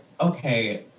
okay